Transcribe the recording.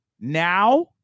now